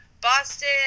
Boston